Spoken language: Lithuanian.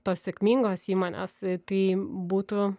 tos sėkmingos įmonės tai būtų